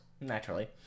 Naturally